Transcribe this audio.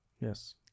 yes